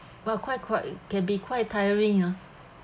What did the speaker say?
but quite quite it can be quite tiring ah